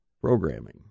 programming